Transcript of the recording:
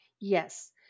yes